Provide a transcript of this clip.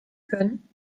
können